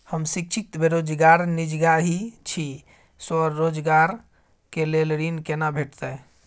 हम शिक्षित बेरोजगार निजगही छी, स्वरोजगार के लेल ऋण केना भेटतै?